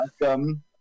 welcome